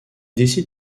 décide